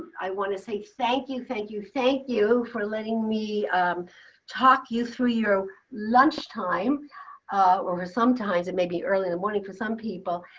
i want to say thank you, thank you, thank you for letting me talk you through your lunchtime or sometimes. it may be early in the morning for some people.